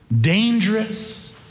dangerous